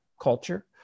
culture